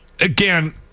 again